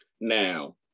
Now